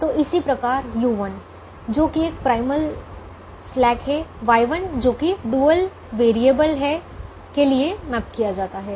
तो इसी प्रकार u1 जो कि एक प्राइमल स्लैक है Y1 जो कि ड्यूल वेरिएबल है के लिए मैप किया जाता है